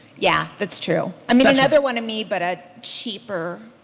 yeah, that's true. i mean another one of me but a cheaper,